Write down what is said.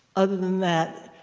other than that,